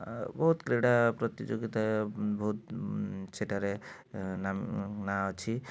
ଆଉ ବହୁତ୍ କ୍ରୀଡ଼ା ପ୍ରତିଯୋଗିତା ବହୁତ୍ ସେଠାରେ ନାମ ନାଁ ଅଛି